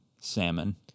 salmon